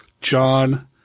John